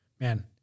Man